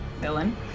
villain